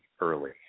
early